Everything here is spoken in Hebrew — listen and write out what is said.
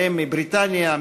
בהם מבריטניה,